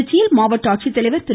திருச்சியில் மாவட்ட ஆட்சித்தலைவர் திரு